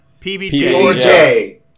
PBJ